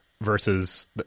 versus